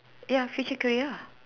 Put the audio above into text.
ya physical ya